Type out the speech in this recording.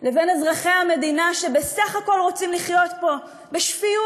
לבין אזרחי המדינה שבסך הכול רוצים לחיות פה בשפיות,